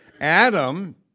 Adam